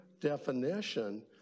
definition